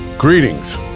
Greetings